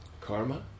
Karma